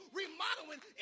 remodeling